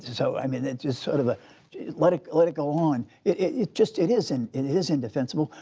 so, i mean, it's just sort of a let it let it go on. it just it is and it is indefensible.